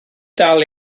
dal